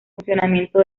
funcionamiento